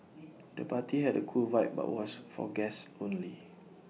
the party had A cool vibe but was for guests only